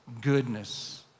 goodness